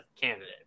candidate